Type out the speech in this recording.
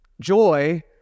Joy